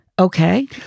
Okay